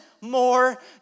more